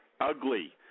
ugly